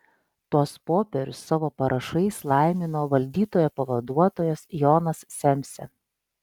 tuos popierius savo parašais laimino valdytojo pavaduotojas jonas semsė